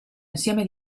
insieme